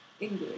English